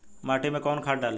माटी में कोउन खाद डाली?